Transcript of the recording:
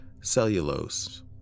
cellulose